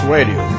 Radio